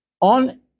On